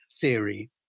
theory